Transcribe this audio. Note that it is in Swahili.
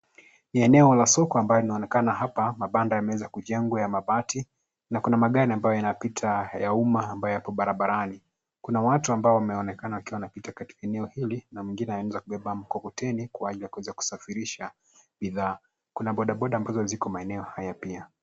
Ni eneo la soko ambalo linaonekana hapa. Mabanda yameweza kujengwa hapa ya mabati. Kuna magari ambayo yanapita ya umma ambayo yapo barabarani. Kuna watu ambao wanaonekana wakipita katika eneo hili na mwingine ameweza kubeba mkokoteni Kwa ajili ya kuweza kusafirisha bidhaa. Kuna bodaboda ambazo ziko maeneo haya pia.